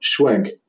Schwenk